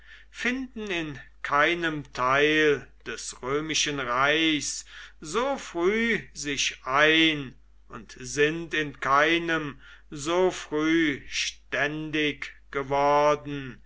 finden in keinem teil des römischen reichs so früh sich ein und sind in keinem so früh ständig geworden